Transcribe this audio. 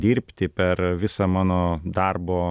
dirbti per visą mano darbo